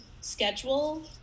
schedule